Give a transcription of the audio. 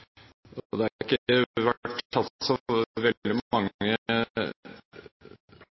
år. Det har ikke vært tatt så veldig mange